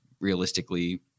realistically